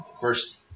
first